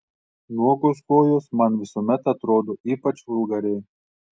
nuogos kojos man visuomet atrodo ypač vulgariai